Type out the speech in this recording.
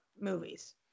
movies